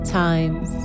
times